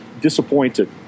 disappointed